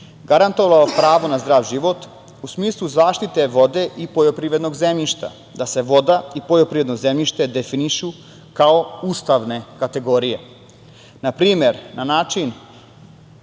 garantovao pravo na zdrav život u smislu zaštite vode i poljoprivrednog zemljišta, da se voda i poljoprivredno zemljište definišu kao ustavne kategorije. Na primer, na način